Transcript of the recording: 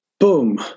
boom